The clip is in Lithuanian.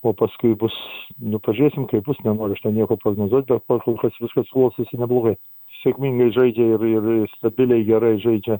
o paskui bus nu pažiūrėsim kaip bus nenoriu aš nieko prognozuot bet po kol kas viskas klostosi neblogai sėkmingai žaidžia ir ir ir stabiliai gerai žaidžia